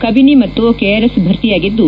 ಕಬಿನಿ ಮತ್ತು ಕೆಆರ್ಎಸ್ ಭರ್ತಿಯಾಗಿದ್ದು